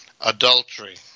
adultery